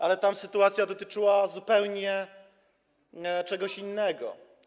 Ale tam sytuacja dotyczyła zupełnie czegoś innego.